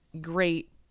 great